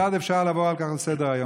כיצד אפשר לעבור על כך לסדר-היום?